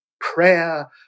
prayer